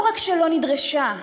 לא רק שלא נדרשה,